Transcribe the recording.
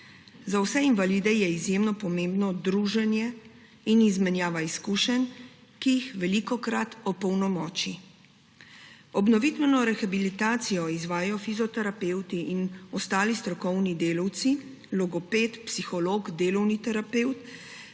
Za vse invalide sta izjemno pomembna druženje in izmenjava izkušenj, ki jih velikokrat opolnomočita. Obnovitveno rehabilitacijo izvajajo fizioterapevti in ostali strokovni delavci, logoped, psiholog, delovni terapevt,